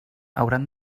hauran